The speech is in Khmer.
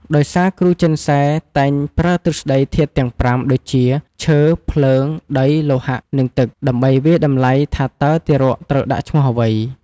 ដោយសារគ្រូចិនសែ តែងប្រើទ្រឹស្ដីធាតុទាំងប្រាំ ដូចជា ឈើ ភ្លើង ដី លោហៈ និងទឹក ដើម្បីវាយតម្លៃថាតើទារកត្រូវដាក់ឈ្មោះអ្វី។